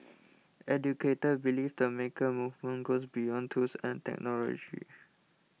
educators believe the maker movement goes beyond tools and technology